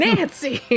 Nancy